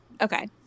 Okay